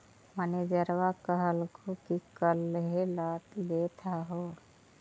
मैनेजरवा कहलको कि काहेला लेथ हहो?